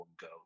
go